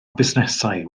busnesau